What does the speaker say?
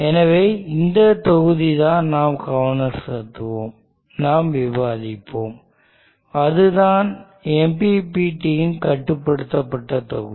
எனவே இந்தத் தொகுதிதான் நாம் கவனம் செலுத்துவோம் நாம் விவாதிப்போம் அதுதான் MPPT கட்டுப்படுத்தப்பட்ட தொகுதி